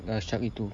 uh shark itu